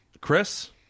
Chris